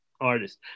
artist